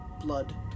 Blood